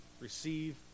receive